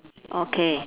okay